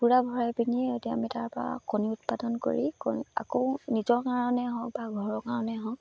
কুকুৰা ভৰাই পিনি এতিয়া আমি তাৰপৰা কণী উৎপাদন কৰি আকৌ আকৌ নিজৰ কাৰণে হওক বা ঘৰৰ কাৰণেই হওক